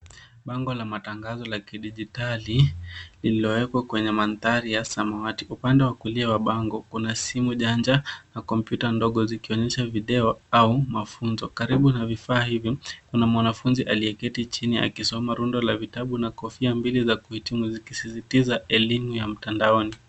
Bango la matangazo la kidijitali lililoekwa kwenye mandhari ya samwati. Upande wa kulia wa bango, kuna simu janja na kompyuta ndogo zikionyesha video au funzo. Karibu na vifaa hivi, kuna mwanafunzi aliyeketi chini akisoma rundo la vitabu na kofia mbili za kuhitimu zikisisitiza elimu ya mtandaoni.